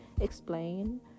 explain